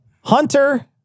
Hunter